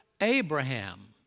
Abraham